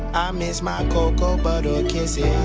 i miss my cocoa butter kisses.